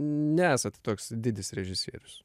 nesat toks didis režisierius